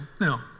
Now